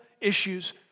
issues